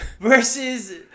versus